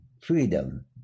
freedom